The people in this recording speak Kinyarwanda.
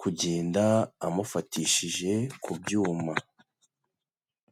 kugenda amufatishije ku byuma.